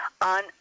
on